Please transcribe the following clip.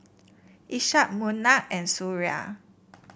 Ishak Munah and Suria